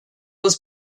was